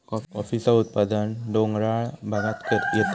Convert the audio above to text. कॉफीचा उत्पादन डोंगराळ भागांत घेतत